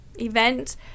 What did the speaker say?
event